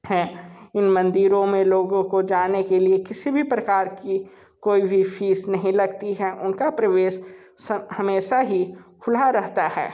हैं इन मंदिरों में लोगों को जाने के लिए किसी भी प्रकार की कोई भी फ़ीस नहीं लगती है उन का प्रवेश हमेशा ही खुला रहता है